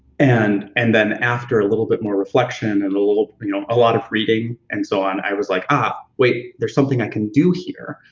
and and then after a little bit more reflection and you know a lot of reading and so on, i was like, ah, wait, there's something i can do here.